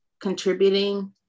contributing